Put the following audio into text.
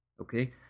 okay